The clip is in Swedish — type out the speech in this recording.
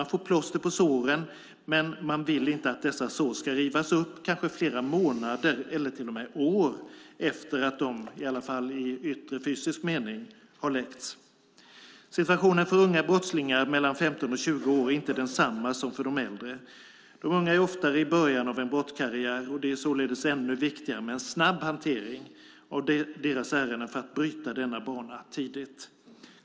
Man får plåster på såren men vill inte att dessa sår ska rivas upp flera månader eller till och med år efter att de, i alla fall i yttre fysisk mening, har läkt. Situationen för unga brottslingar mellan 15 och 20 år är inte densamma som för de äldre. De unga är oftare i början av en brottskarriär. Det är således ännu viktigare med en snabb hantering av deras ärenden för att bryta denna bana tidigt.